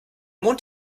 mond